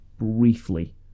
briefly